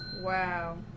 wow